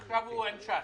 עכשיו הוא עם ש"ס.